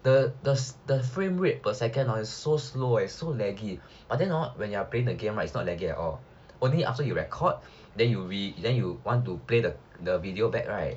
the the the frame rate per second hor is so slow eh it is so laggy but then hor when you are playing the game right it's not laggy at all only after you record then you're then you want to play the video back right